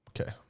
Okay